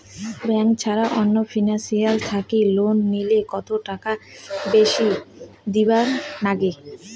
Bank ছাড়া অন্য financial থাকি লোন নিলে কতটাকা বেশি দিবার নাগে?